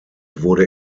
wurde